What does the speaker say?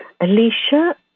Alicia